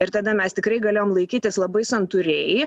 ir tada mes tikrai galėjom laikytis labai santūriai